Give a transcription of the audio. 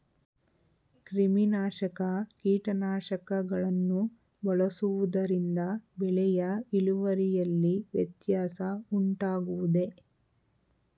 ಕ್ರಿಮಿನಾಶಕ ಕೀಟನಾಶಕಗಳನ್ನು ಬಳಸುವುದರಿಂದ ಬೆಳೆಯ ಇಳುವರಿಯಲ್ಲಿ ವ್ಯತ್ಯಾಸ ಉಂಟಾಗುವುದೇ?